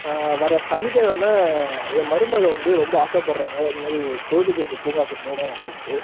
வர சனிக்கிழம என் மருமகள் வந்து ரொம்ப ஆசப்படுறாங்க இதுமாரி பொழுதுபோக்கு பூங்காக்குப் போகணும் அப்படின்ட்டு